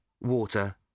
water